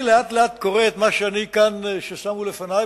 אני לאט-לאט קורא את מה ששמו לפני,